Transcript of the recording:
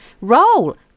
roll